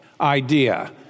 idea